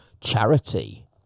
Charity